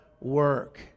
work